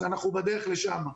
אז אנחנו בדרך לשם.